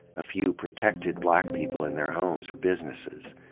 a few protected black people in their homes or businesses.